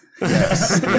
Yes